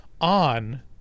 on